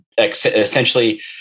essentially